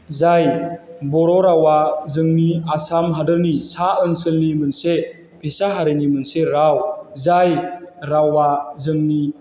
जाय बर' रावआ जोंनि आसाम हादरनि सा ओनसोलनि मोनसे फिसा हारिनि मोनसे राव जाय रावआ जोंनि